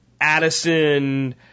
Addison